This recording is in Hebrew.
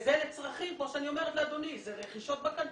אני לא מוכנה לנתב את זה רק לפגיעה עצמה,